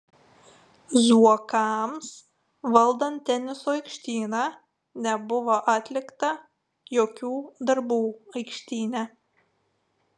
zuokams valdant teniso aikštyną nebuvo atlikta jokių darbų aikštyne